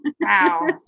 Wow